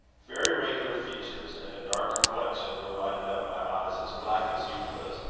very regular features and a dark complexion were lighted up by eyes as black as euphra's,